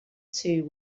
too